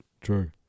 True